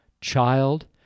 child